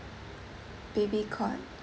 baby cot